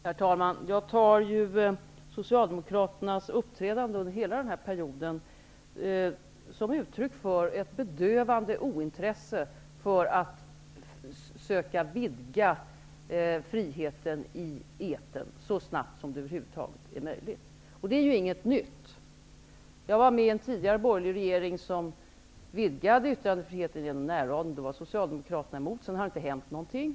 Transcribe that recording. Herr talman! Jag tar socialdemokraternas uppträdande under hela den här perioden som uttryck för ett bedövande ointresse för att så snabbt som det över huvud taget är möjligt söka vidga friheten i etern. Det är ju ingenting nytt. Jag var med i en tidigare borgerlig regering som genom närradion vidgade yttrandefriheten, vilket socialdemokraterna var emot. Sedan har det inte hänt någonting.